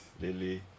lily